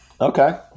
Okay